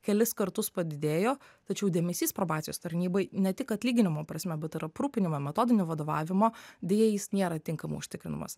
kelis kartus padidėjo tačiau dėmesys probacijos tarnybai ne tik atlyginimo prasme bet ir aprūpinime metodinio vadovavimo deja jis nėra tinkamai užtikrinamas